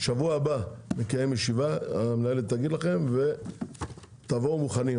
בשבוע הבא נקיים ישיבה ותבואו מוכנים.